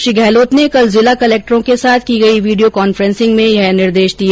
श्री गहलोत ने कल जिला कलेक्टरों के साथ की गई वीडियो कांफ्रेसिंग में यह निर्देश दिए